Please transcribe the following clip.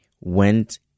went